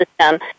system